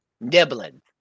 nibbling